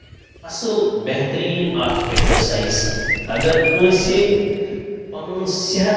اَصٕل بہتریٖن اَکھ ایٚگزَرسایز اگر کٲنٛسہِ پَنُن صحت